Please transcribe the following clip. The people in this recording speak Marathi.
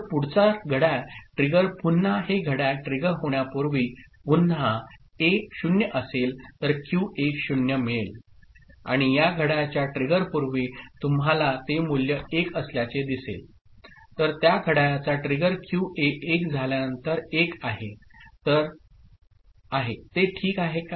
तर पुढचा घड्याळ ट्रिगर पुन्हा हे घड्याळ ट्रिगर होण्यापूर्वी पुन्हा ए 0 असेल तर क्यूए 0 मिळेल आणि या घड्याळाच्या ट्रिगरपूर्वी तुम्हाला ते मूल्य 1 असल्याचे दिसेल तर त्या घड्याळाचा ट्रिगर क्यूए 1 झाल्यानंतर 1 आहे ते ठीक आहे का